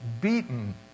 beaten